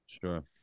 sure